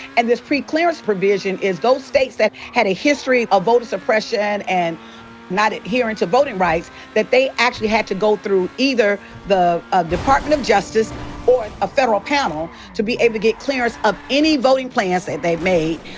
and this is pre-clearance provision is those states that had a history of voter suppression and not adherin' to voting rights. that they actually had to go through either the ah department of justice or a federal panel to be able to get clearance of any voting plans that they made.